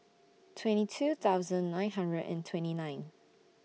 twenty two thousand nine hundred and twenty nine